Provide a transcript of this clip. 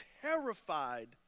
terrified